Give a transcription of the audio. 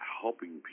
helping